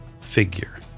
figure